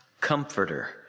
comforter